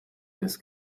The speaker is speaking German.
des